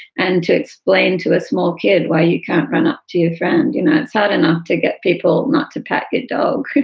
and to explain to a small kid why you can't run up to your friend, you know, it's hard enough to get people not to pack a dog.